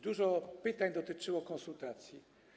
Dużo pytań dotyczyło konsultacji.